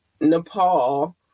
Nepal